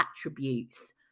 attributes